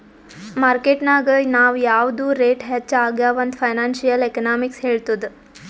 market ನಾಗ್ ಯಾವ್ ಯಾವ್ದು ರೇಟ್ ಹೆಚ್ಚ ಆಗ್ಯವ ಅಂತ್ ಫೈನಾನ್ಸಿಯಲ್ ಎಕನಾಮಿಕ್ಸ್ ಹೆಳ್ತುದ್